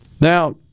Now